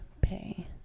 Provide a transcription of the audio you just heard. pay